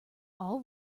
all